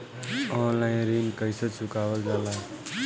Online ऋण कईसे चुकावल जाला?